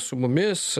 su mumis